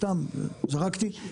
סתם זרקתי.